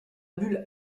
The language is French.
bulle